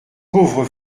pauvre